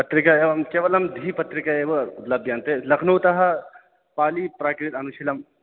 पत्रिका एवं केवलं धीपत्रिका एव उपलभ्यन्ते लख्नौतः पालिप्राकृत अनुशीलनम्